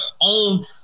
own